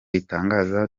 itangaza